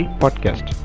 podcast